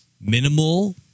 minimal